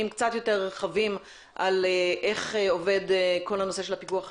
קצת יותר רחבים על איך עובד כל הנושא של הפיקוח העירוני.